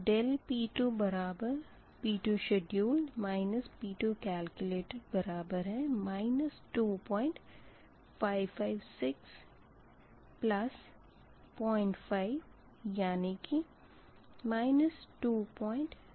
तो ∆P2 बराबर P2 schedule P2 calculated बराबर है 2556 05 यानी कि 2056 के